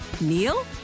Neil